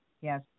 Yes